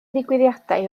ddigwyddiadau